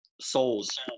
souls